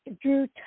Drew